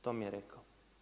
To mi je rekao.